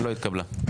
לא התקבלה.